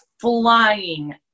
flying